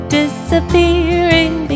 disappearing